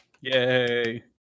Yay